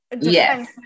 Yes